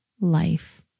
life